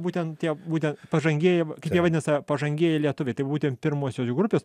būtent tie būtent pažangieji jie vadino save pažangieji lietuviai tai būtent pirmosios jų grupės